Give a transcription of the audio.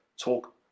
talk